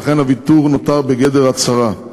ולכן הוויתור נותר בגדר הצהרה.